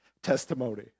testimony